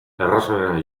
errazenera